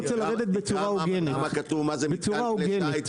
תקרא מה כתוב מה זה מתקן כלי שיט,